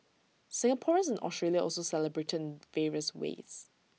Singaporeans in Australia also celebrated in various ways